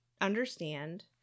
understand